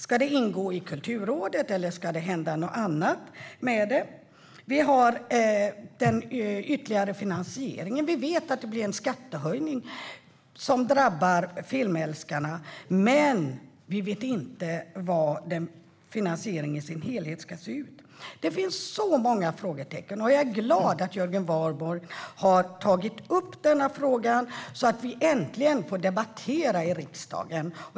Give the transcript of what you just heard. Ska det ingå i Kulturrådet, eller ska något annat hända med det? När det gäller finansieringen vet vi att det kommer att bli en skattehöjning, som kommer att drabba filmälskarna. Men vi vet inte hur finansieringen ska se ut som helhet. Det finns många frågetecken. Jag är glad över att Jörgen Warborn har tagit upp frågan så att vi äntligen får debattera den i riksdagen.